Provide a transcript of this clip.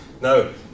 No